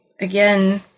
again